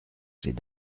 c’est